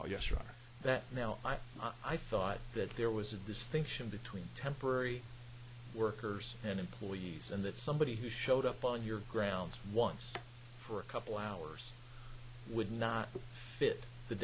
rather that now i thought that there was a distinction between temporary workers and employees and that somebody who showed up on your grounds once for a couple hours would not fit the